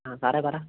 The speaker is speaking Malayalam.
ആ പറ സാറേ